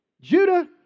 Judah